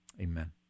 amen